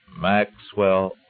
Maxwell